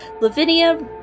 Lavinia